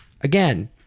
Again